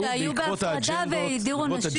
שהיו בהפרדה והדירו נשים.